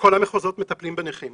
כל המחוזות מטפלים בנכים